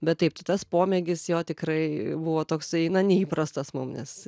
bet taip tas pomėgis jo tikrai buvo toksai na neįprastas mums nes